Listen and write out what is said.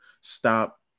stop